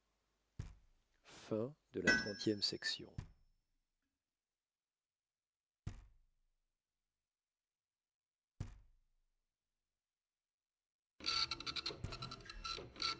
de la chère